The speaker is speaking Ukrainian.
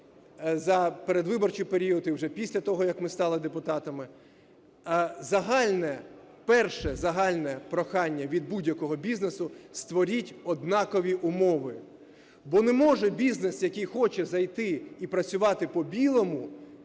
за передвиборчий період і уже після того, як ми стали депутатами. Загальне, перше загальне прохання від будь-якого бізнесу – створіть однакові умови. Бо не може бізнес, який хоче зайти і працювати "по-білому",